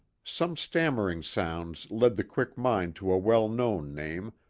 some stammering sounds led the quick mind to a well-known name,